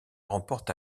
remporte